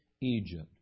Egypt